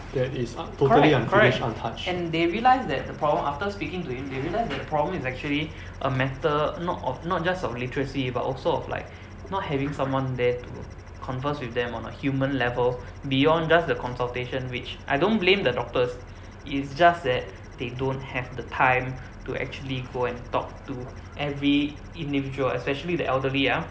correct correct and they realised that the problem after speaking to him they realised the problem is actually a matter not of not just of literacy but also have like not having someone there to converse with them on a human level beyond just the consultation which I don't blame the doctors is just that they don't have the time to actually go and talk to every individual especially the elderly ah